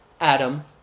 Adam